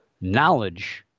knowledge